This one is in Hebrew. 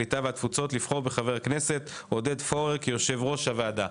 הקליטה והתפוצות לבחור בחבר הכנסת עודד פורר כיושב-ראש הוועדה.